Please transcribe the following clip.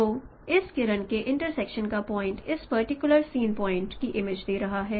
तो इस किरण के इंटरसेक्शन का पॉइंट आपको इस पर्टिकुलर सीन पॉइंट की इमेज दे रहा है